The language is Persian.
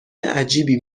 عجیبی